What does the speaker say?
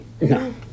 No